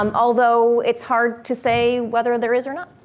um although it's hard to say whether there is or not.